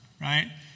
right